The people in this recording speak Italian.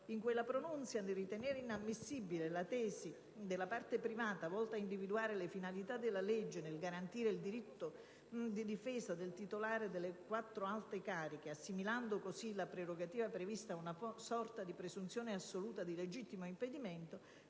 In quella pronuncia, nel ritenere inammissibile la tesi della parte privata volta a individuare la finalità della legge nel garantire il diritto di difesa del titolare delle quattro alte cariche, assimilando così la prerogativa prevista a una sorta di presunzione assoluta di legittimo impedimento,